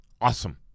awesome